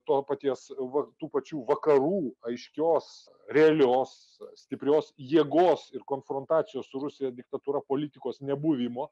to paties va tų pačių vakarų aiškios realios stiprios jėgos ir konfrontacijos su rusijos diktatūra politikos nebuvimo